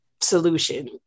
solution